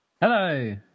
hello